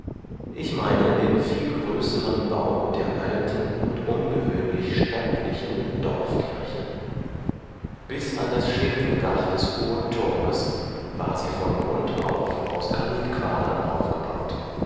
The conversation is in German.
ich meine den viel größeren bau der alten und ungewöhnlich stattlichen dorfkirche bis an das schindeldach des hohen turmes war sie von grund auf aus granitquadern aufgebaut